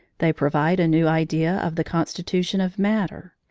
they provide a new idea of the constitution of matter.